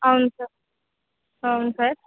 అవును సార్ అవును సార్